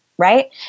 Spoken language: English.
Right